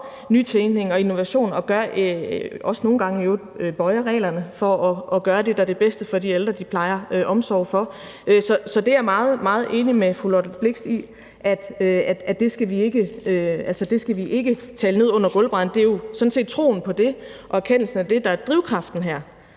i øvrigt også nogle gange bøjer reglerne for at gøre det, der er det bedste for de ældre, de drager omsorg for. Så det er jeg meget, meget enig med fru Liselott Blixt i at vi ikke skal tale ned under gulvbrædderne. Det er jo sådan set troen på det og erkendelsen af det, der er drivkraften her.